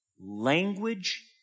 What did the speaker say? Language